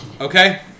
Okay